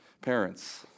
parents